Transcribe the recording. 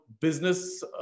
business